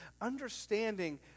understanding